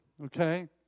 Okay